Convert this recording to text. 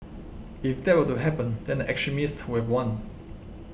if that were to happen then the extremists would have won